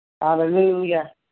Hallelujah